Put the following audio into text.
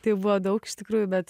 tai buvo daug iš tikrųjų bet